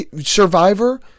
Survivor